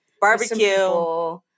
barbecue